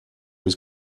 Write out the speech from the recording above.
was